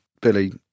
Billy